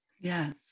Yes